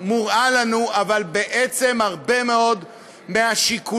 מוצג לנו אבל בעצם הרבה מאוד מהשיקולים,